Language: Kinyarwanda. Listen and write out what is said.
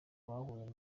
bahuye